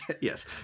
Yes